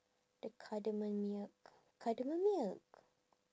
the cardamom milk cardamom milk